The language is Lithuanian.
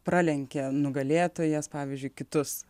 pralenkė nugalėtojas pavyzdžiui kitus